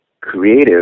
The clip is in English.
creative